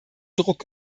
druck